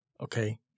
okay